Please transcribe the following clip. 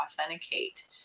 authenticate